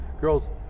girls